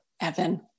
Evan